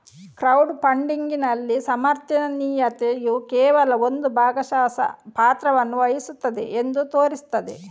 crowd ಫಂಡಿಗಿನಲ್ಲಿ ಸಮರ್ಥನೀಯತೆಯು ಕೇವಲ ಒಂದು ಭಾಗಶಃ ಪಾತ್ರವನ್ನು ವಹಿಸುತ್ತದೆ ಎಂದು ತೋರಿಸಿದೆ